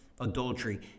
adultery